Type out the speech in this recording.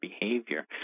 behavior